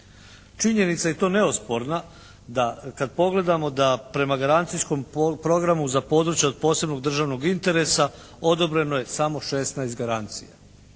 Činjenica je i to neosporna, da kada pogledamo da prema garancijskom programu za područja od posebnog državnog interesa odobreno je samo 16 garancija.